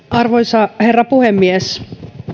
arvoisa herra puhemies